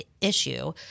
issue